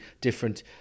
different